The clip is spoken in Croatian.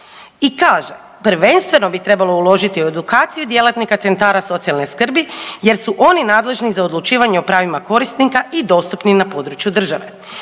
i kaže, prvenstveno bi trebalo uložiti u edukaciju djelatnika centara socijalne skrbi jer su oni nadležni za odlučivanje o pravima korisnika i dostupni na području države.